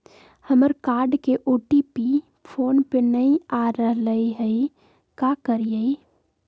हमर कार्ड के OTP phone पे नई आ रहलई हई, का करयई?